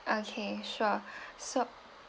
okay sure so